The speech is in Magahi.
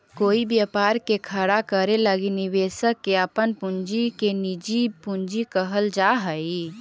कोई व्यापार के खड़ा करे लगी निवेशक के अपन पूंजी के निजी पूंजी कहल जा हई